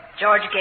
George